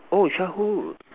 oh sure who